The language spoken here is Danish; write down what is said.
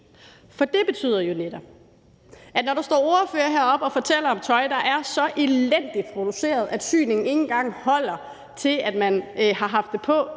for det betyder netop, at når der står ordførere heroppe og fortæller om tøj, der er så elendigt produceret, at syningen ikke engang holder til, at man har haft det på